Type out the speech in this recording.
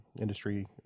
industry